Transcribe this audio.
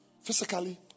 Physically